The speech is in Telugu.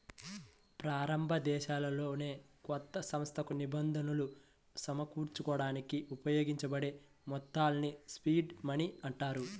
ప్రారంభదశలోనే కొత్త సంస్థకు నిధులు సమకూర్చడానికి ఉపయోగించబడే మొత్తాల్ని సీడ్ మనీ అంటారు